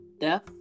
death